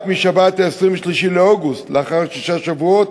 רק בשבת 23 באוגוסט, לאחר שישה שבועות,